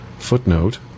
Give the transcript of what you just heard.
footnote